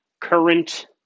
current